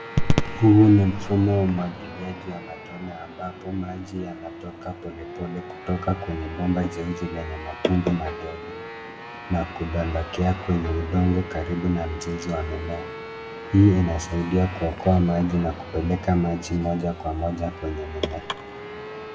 Huu ni mfumo wa umwagiliaji wa matone ambapo maji yanatoka pole pole kutoka kwenye bomba jeusi lenye matundu madogo na kudondokea kwenye udongo karibu na mizizi wa mimea. Hii inasaidia kuokoa maji na kupeleka maji moja kwa moja kwenye mimea.